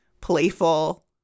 playful